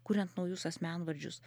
kuriant naujus asmenvardžius